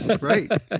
Right